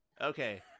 Okay